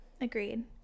Agreed